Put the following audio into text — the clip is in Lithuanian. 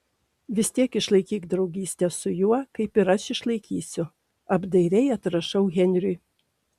vis tiek išlaikyk draugystę su juo kaip ir aš išlaikysiu apdairiai atrašau henriui